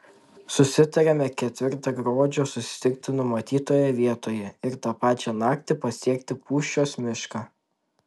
susitariame ketvirtą gruodžio susitikti numatytoje vietoje ir tą pačią naktį pasiekti pūščios mišką